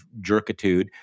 jerkitude